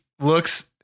looks